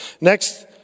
Next